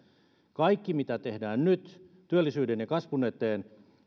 kaikki mitä tehdään nyt työllisyyden ja kasvun eteen